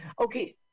Okay